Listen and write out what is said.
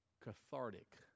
cathartic